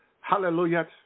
Hallelujah